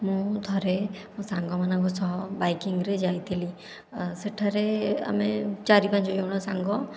ମୁଁ ଥରେ ମୋ ସାଙ୍ଗମାନଙ୍କ ସହ ବାଇକିଂରେ ଯାଇଥିଲି ସେଠାରେ ଆମେ ଚାରି ପାଞ୍ଚଜଣ ସାଙ୍ଗ